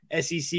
SEC